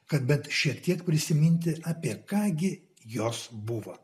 kad bent šiek tiek prisiminti apie ką gi jos buvo